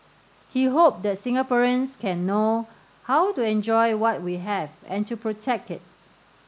he hoped that Singaporeans can know how to enjoy what we have and to protect it